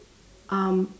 um